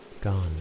Gone